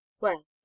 Well